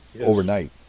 overnight